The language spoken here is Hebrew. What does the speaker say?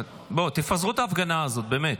בואו, תפזרו את ההפגנה הזאת, באמת.